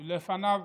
לפניו,